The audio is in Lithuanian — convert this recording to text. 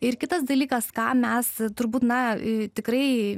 ir kitas dalykas ką mes turbūt na tikrai